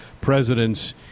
presidents